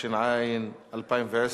התש"ע 2010,